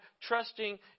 trusting